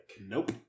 Nope